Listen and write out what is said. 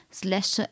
slash